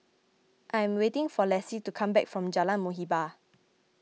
I am waiting for Lassie to come back from Jalan Muhibbah